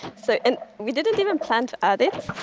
so and we didn't even plan to add it.